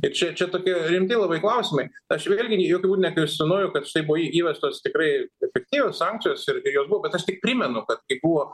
ir čia čia tokie rimti labai klausimai aš vėlgi jokiu būdu nekvestionuoju kad štai buvo į įvestos tikrai efektyvios sankcijos ir ir jos buvo bet aš tik primenu kad kai buvo